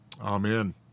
Amen